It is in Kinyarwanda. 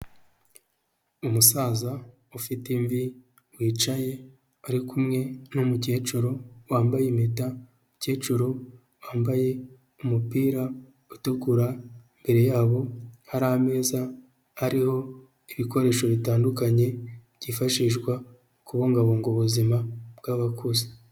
Umusaza ufite imvi wicaye ari kumwe n'umukecuru wambaye impeta umukecuru wambaye umupira utukura mbere yabo hari ameza hariho ibikoresho bitandukanye byifashishwa kubungabunga ubuzima bwabakuze.